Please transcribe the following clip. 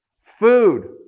Food